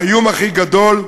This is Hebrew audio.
האיום הכי גדול,